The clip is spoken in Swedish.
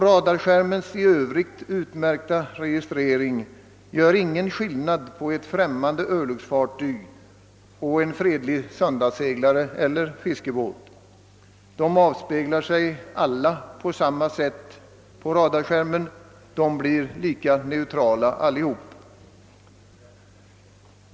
Radarskärmens i övrigt utmärkta registrering gör heller ingen skillnad mellan ett främmande örlogsfartyg och en fredlig söndagsseglare eller fiskebåt. De avspeglar sig alla på samma sätt på radarskärmen, de blir alla lika neutrala.